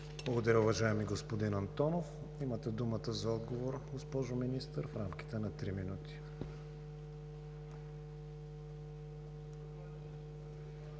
Благодаря Ви, уважаема госпожо Йотова. Имате думата за отговор, господин Министър, в рамките на три минути.